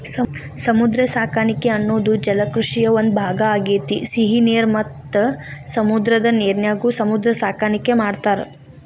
ಸಮುದ್ರ ಸಾಕಾಣಿಕೆ ಅನ್ನೋದು ಜಲಕೃಷಿಯ ಒಂದ್ ಭಾಗ ಆಗೇತಿ, ಸಿಹಿ ನೇರ ಮತ್ತ ಸಮುದ್ರದ ನೇರಿನ್ಯಾಗು ಸಮುದ್ರ ಸಾಕಾಣಿಕೆ ಮಾಡ್ತಾರ